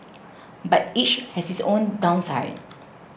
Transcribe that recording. but each has its own downside